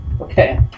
Okay